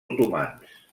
otomans